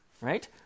Right